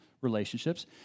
relationships